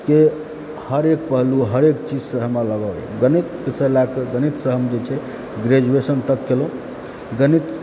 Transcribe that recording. के हरेक पहलू हरेक चीजसँ हमरा लगाव अछि गणित सँ लए कऽ गणितसँ हम जे छै ग्रेजुएशन तक कयलहुँ गणित